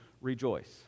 rejoice